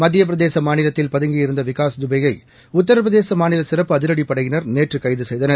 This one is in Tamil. மத்தியப் பிரதேச மாநிலத்தில் பதங்கியிருந்த விகாஸ் துபேயை உத்தரபிரதேச மாநில சிறப்பு அதிரடிப் படையினர் நேற்று கைது செய்தனர்